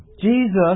Jesus